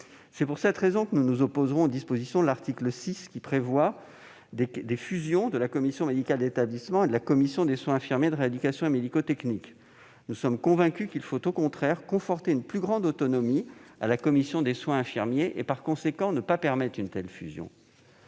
Pour cette raison, nous nous opposerons aux dispositions de l'article 6 qui prévoient la fusion de la commission médicale d'établissement et de la commission des soins infirmiers, de rééducation et médico-techniques (CSIRMT). Nous sommes convaincus qu'il faut au contraire conforter une plus grande autonomie de la CSIRMT, et par conséquent ne pas permettre une telle fusion.